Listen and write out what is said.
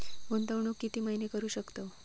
गुंतवणूक किती महिने करू शकतव?